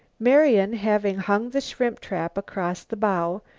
marian, having hung the shrimp trap across the bow,